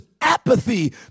apathy